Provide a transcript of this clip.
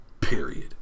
Period